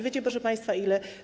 Wiecie, proszę państwa, ile?